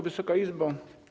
Wysoka Izbo!